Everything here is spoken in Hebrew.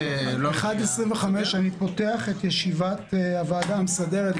אני פותח את הוועדה המסדרת.